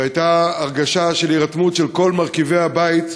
והייתה הרגשה של הירתמות של כל מרכיבי הבית,